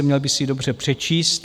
Měl by si ji dobře přečíst.